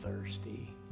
thirsty